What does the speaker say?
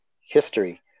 history